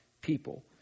people